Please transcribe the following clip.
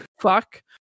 fuck